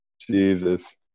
Jesus